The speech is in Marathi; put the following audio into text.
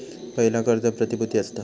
पयला कर्ज प्रतिभुती असता